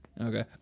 Okay